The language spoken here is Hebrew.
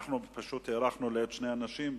פשוט הארכנו לשני אנשים,